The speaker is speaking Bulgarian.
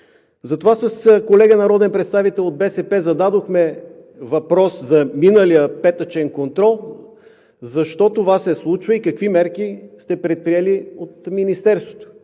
Затова с колега народен представител от БСП зададохме въпрос за миналия петъчен контрол защо това се случва и какви мерки сте предприели от Министерството?